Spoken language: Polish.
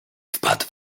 wpadł